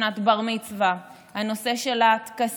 שנת בר-מצווה, הנושא של הטקסים,